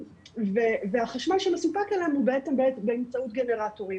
והחשמל שמסופק אליהם הוא בעצם באמצעות גנרטורים.